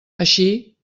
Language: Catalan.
així